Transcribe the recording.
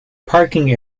parking